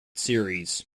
series